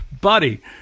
buddy